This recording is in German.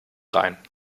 rein